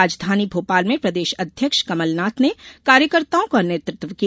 राजधानी भोपाल में प्रदेश अध्यक्ष कमलनाथ ने कार्यकर्ताओं का नेतृत्व किया